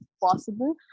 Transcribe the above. possible